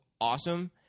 awesome